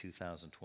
2020